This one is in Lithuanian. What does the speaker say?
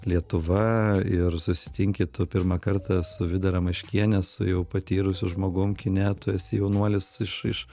lietuva ir susitinki tu pirmą kartą su vida ramaškiene su jau patyrusiu žmogum kine tu esi jaunuolis iš iš